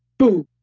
boom,